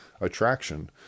attraction